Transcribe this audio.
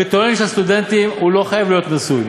בקריטריונים של הסטודנטים הוא לא חייב להיות נשוי,